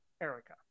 Erica